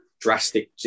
drastic